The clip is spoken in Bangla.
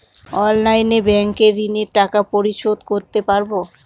অনলাইনে ব্যাংকের ঋণের টাকা পরিশোধ করতে পারবো?